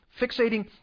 fixating